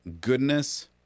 goodness